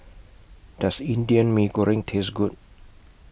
Does Indian Mee Goreng Taste Good